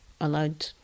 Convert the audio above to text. allowed